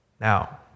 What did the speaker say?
Now